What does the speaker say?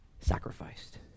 Sacrificed